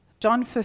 John